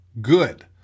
good